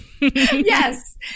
Yes